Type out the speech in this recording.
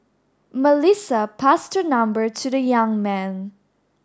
Melissa passed her number to the young man